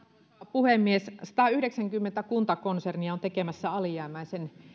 puhemies satayhdeksänkymmentä kuntakonsernia on tekemässä alijäämäisen